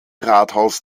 rathaus